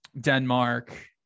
Denmark